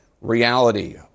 reality